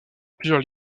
plusieurs